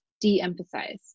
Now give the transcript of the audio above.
de-emphasize